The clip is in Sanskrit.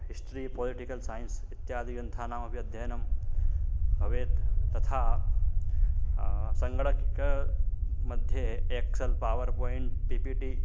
हिस्ट्री पोलिटिकल् सैन्स् इत्यादिग्रन्थानामपि अध्ययनं भवेत् तथा सङ्गणकमध्ये Excel PowerPoint P P T